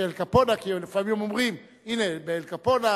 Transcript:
שאל קפונה, כי לפעמים אומרים, הנה, אל קפונה,